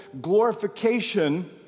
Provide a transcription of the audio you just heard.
glorification